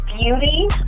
Beauty